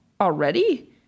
Already